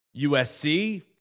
USC